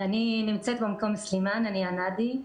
אני נמצאת במקום סלימאן, אני הנדי.